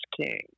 king